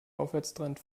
aufwärtstrend